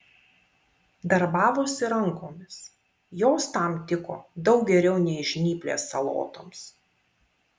darbavosi rankomis jos tam tiko daug geriau nei žnyplės salotoms